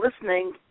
listening